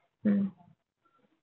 mm